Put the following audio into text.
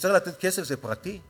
וכשצריך לתת כסף זה פרטי?